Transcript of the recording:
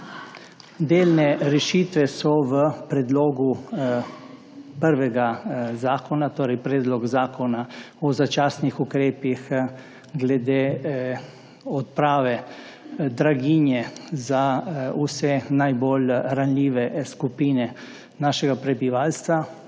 Delne rešitve so v predlogu prvega zakona, torej predlog zakona o začasnih ukrepih glede odprave draginje za vse najbolj ranljive skupine našega prebivalstva